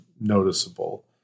noticeable